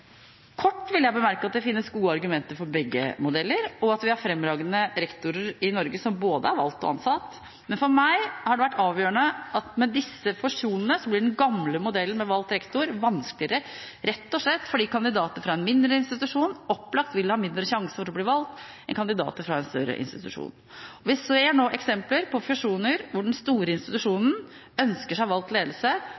Kort vil jeg bemerke at det finnes gode argumenter for begge modeller, og at vi har fremragende rektorer i Norge som både er valgt og ansatt. Men for meg har det vært avgjørende at med disse fusjonene blir den gamle modellen med valgt rektor vanskeligere, rett og slett fordi kandidater fra en mindre institusjon opplagt vil ha mindre sjanse til å bli valgt enn kandidater fra en større institusjon. Vi ser nå eksempler på fusjoner hvor den store institusjonen ønsker seg valgt ledelse,